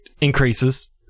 increases